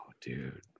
dude